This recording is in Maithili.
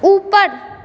ऊपर